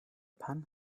pan